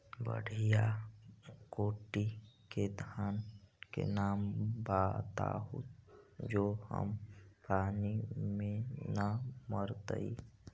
बढ़िया कोटि के धान के नाम बताहु जो कम पानी में न मरतइ?